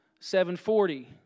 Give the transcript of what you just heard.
7.40